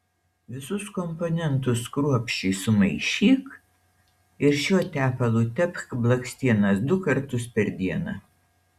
visus komponentus kruopščiai sumaišyk ir šiuo tepalu tepk blakstienas du kartus per dieną